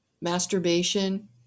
masturbation